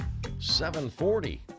740